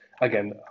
Again